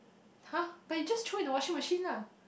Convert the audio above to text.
[huh] but you just throw in the washing machine lah